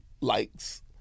likes